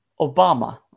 Obama